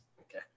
Okay